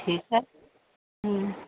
ٹھیک ہے